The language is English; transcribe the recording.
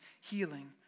healing